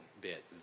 bit